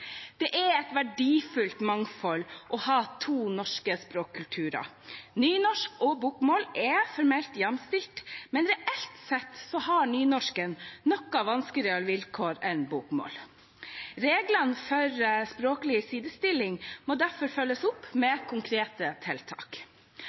Det er et verdifullt mangfold å ha to norske språkkulturer. Nynorsk og bokmål er formelt jamstilte, men reelt sett har nynorsk noe vanskeligere vilkår enn bokmål. Reglene for språklig sidestilling må derfor følges opp med